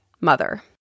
mother